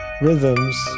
rhythms